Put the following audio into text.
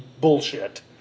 bullshit